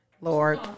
Lord